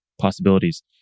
possibilities